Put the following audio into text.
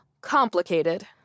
complicated